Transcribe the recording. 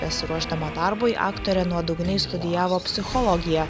besiruošdama darbui aktorė nuodugniai studijavo psichologiją